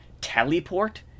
Teleport